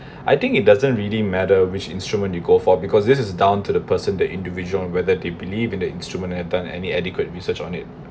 I think it doesn't really matter which instrument you go for because this is down to the person the individual whether they believe in the instrument have done any adequate research on it